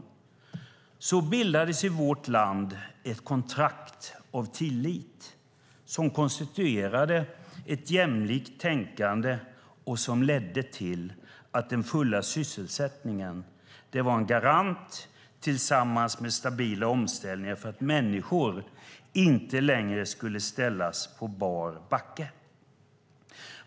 Så bildades i vårt land ett kontrakt av tillit som konstituerade ett jämlikt tänkande och ledde till att den fulla sysselsättningen, tillsammans med stabila omställningar, var en garant för att människor inte längre skulle ställas på bar backe.